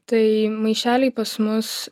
tai maišeliai pas mus